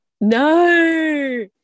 No